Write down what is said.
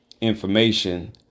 information